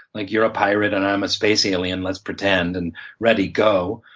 like you're a pirate and i'm a space alien, let's pretend, and ready go!